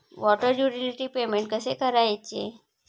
Water utility payment कसे करायचे?